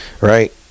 right